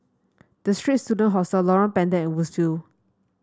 The Straits Students Hostel Lorong Pendek and Woodsville